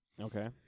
Okay